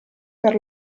per